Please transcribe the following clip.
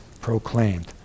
proclaimed